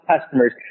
customers